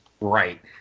Right